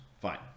Fine